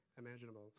imaginable